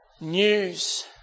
news